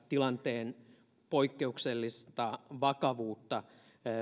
tilanteen poikkeuksellista vakavuutta